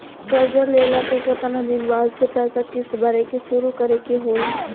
कर्जा लेला के केतना दिन बाद से पैसा किश्त भरे के शुरू करे के होई?